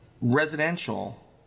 Residential